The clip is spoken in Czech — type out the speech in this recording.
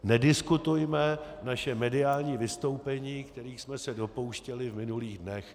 Nediskutujme naše mediální vystoupení, kterých jsme se dopouštěli v minulých dnech.